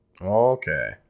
Okay